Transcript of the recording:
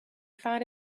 found